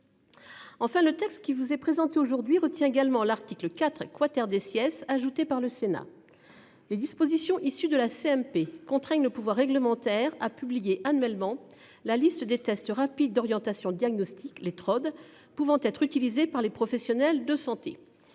Enfin, le texte qui vous est présenté aujourd'hui retient également l'article 4 quater des siestes ajouté par le Sénat. Les dispositions issu de la CMP contraignent le pouvoir réglementaire a publié annuellement la liste des tests rapides d'orientation diagnostique les TROD pouvant être utilisé par les professionnels de santé